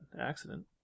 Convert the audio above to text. accident